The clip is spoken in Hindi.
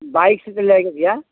बाइक से तो ले गया भैया